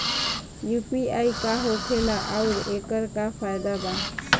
UPI का होखेला आउर एकर का फायदा बा?